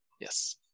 yes